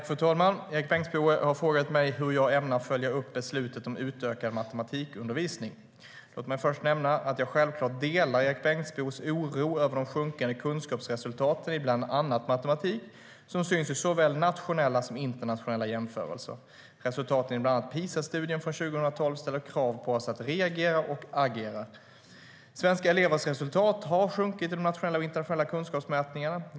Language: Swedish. Fru talman! Erik Bengtzboe har frågat mig hur jag ämnar följa upp beslutet om utökad matematikundervisning. Låt mig först nämna att jag självklart delar Erik Bengtzboes oro över de sjunkande kunskapsresultat i bland annat matematik som syns i såväl nationella som internationella jämförelser. Resultaten i bland annat PISA-studien från 2012 ställer krav på oss att reagera och agera. Svenska elevers resultat har sjunkit i de nationella och internationella kunskapsmätningarna.